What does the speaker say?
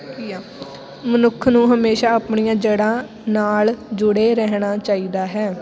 ਘੀਆ ਮਨੁੱਖ ਨੂੰ ਹਮੇਸ਼ਾ ਆਪਣੀਆਂ ਜੜ੍ਹਾਂ ਨਾਲ ਜੁੜੇ ਰਹਿਣਾ ਚਾਹੀਦਾ ਹੈ